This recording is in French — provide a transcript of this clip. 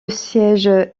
siège